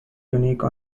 unique